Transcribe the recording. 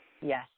yes